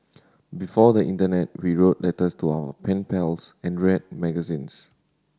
before the internet we wrote letters to our pen pals and read magazines